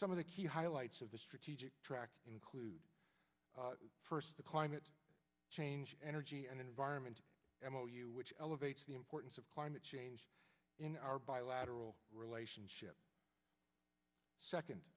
some of the key highlights of the strategic track include first the climate change energy and environment and what you which elevates the importance of climate change in our bilateral relationship second